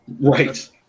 Right